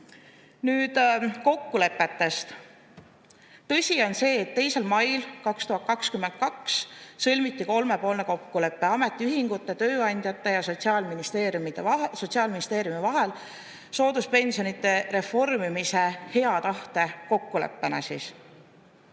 Nüüd kokkulepetest. Tõsi on see, et 2. mail 2022 sõlmiti kolmepoolne kokkulepe ametiühingute, tööandjate ja Sotsiaalministeeriumi vahel sooduspensionide reformimise hea tahte kokkuleppena.